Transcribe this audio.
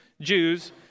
Jews